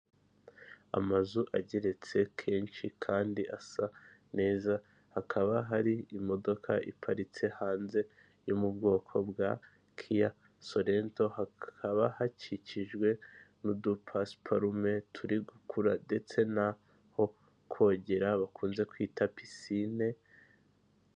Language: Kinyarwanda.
Amazu ageretse kenshi kandi asa neza hakaba hari imodoka iparitse hanze yo mu bwoko bwa kiya sorento hakaba hakikijwe n'udupasiparume turi gukura, ndetse n'aho kogera bakunze kwita pisine.